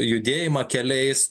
judėjimą keliais